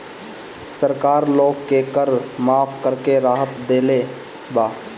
सरकार लोग के कर माफ़ करके राहत देले बा